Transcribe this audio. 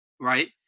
right